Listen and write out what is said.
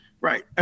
right